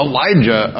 Elijah